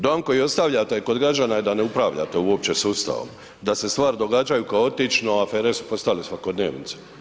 Dojam koji ostavljate kod građana je da ne upravljate uopće sustavom, da se stvari događaju kaotično, a afere su postale svakodnevnica.